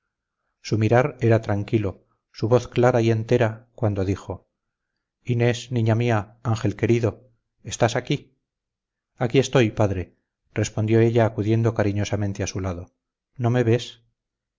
su mirar era tranquilo su voz clara y entera cuando dijo inés niña mía ángel querido estás aquí aquí estoy padre respondió ella acudiendo cariñosamente a su lado no me ves